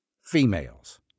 females